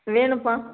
வேணும்ப்பா